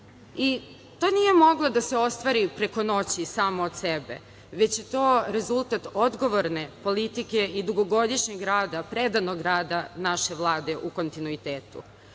To nije moglo da se ostvari preko noći samo od sebe, već je to rezultat odgovorne politike i dugogodišnjeg rada, predanog rada naše Vlade u kontinuitetu.